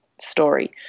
story